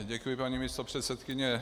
Děkuji, paní místopředsedkyně.